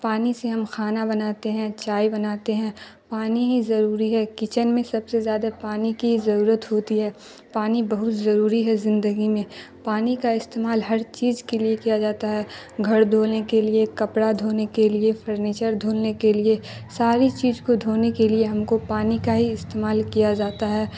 پانی سے ہم کھانا بناتے ہیں چائے بناتے ہیں پانی ہی ضروری ہے کچن میں سب سے زیادہ پانی کی ہی ضرورت ہوتی ہے پانی بہت ضروری ہے زندگی میں پانی کا استعمال ہر چیز کے لیے کیا جاتا ہے گھر دھونے کے لیے کپڑا دھونے کے لیے فرنیچر دھونے کے لیے ساری چیز کو دھونے کے لیے ہم کو پانی کا ہی استعمال کیا جاتا ہے